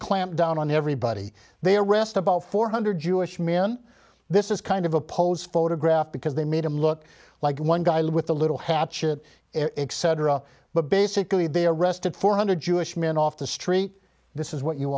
clamp down on everybody they arrest about four hundred jewish men this is kind of a pose photograph because they made him look like one guy with a little hatchet etc but basically they arrested four hundred jewish men off the street this is what you